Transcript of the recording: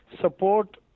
support